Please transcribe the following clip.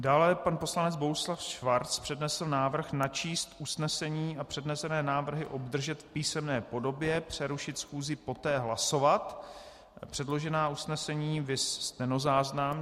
Dále, pan poslanec Bronislav Schwarz přednesl návrh načíst usnesení a přednesené návrhy obdržet v písemné podobě, přerušit schůzi, poté hlasovat předložená usnesení, viz stenozáznam.